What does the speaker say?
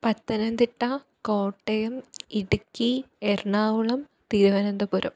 Pathanamthitta Kottayam Idukki Ernakulam Thiruvananthapuram